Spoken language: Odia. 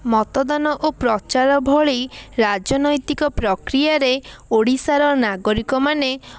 ମତଦାନ ଓ ପ୍ରଚାରଭଳି ରାଜନୈତିକ ପ୍ରକ୍ରିୟାରେ ଓଡ଼ିଶାର ନାଗରିକମାନେ